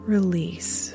Release